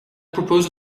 propose